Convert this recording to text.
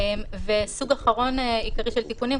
וסוג אחרון עיקרי של תיקונים,